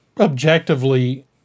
objectively